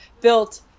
built